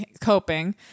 coping